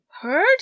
heard